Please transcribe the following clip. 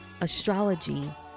astrology